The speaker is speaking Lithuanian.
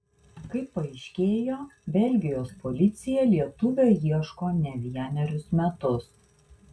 kaip paaiškėjo belgijos policija lietuvio ieško ne vienerius metus